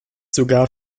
sogar